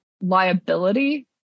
liability